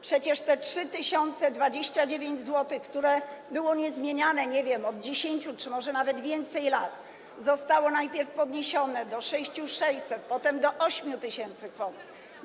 Przecież te 3029 zł, które było niezmieniane, nie wiem, od 10 czy może nawet więcej lat, zostało najpierw podniesione do 6600 zł, potem do 8 tys. zł.